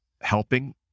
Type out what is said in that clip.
helping